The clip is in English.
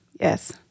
Yes